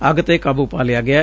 ਅੱਗ ਤੇ ਕਾਬੁ ਪਾ ਲਿਆ ਗਿਐ